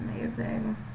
amazing